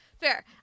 Fair